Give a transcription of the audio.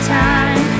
time